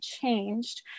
changed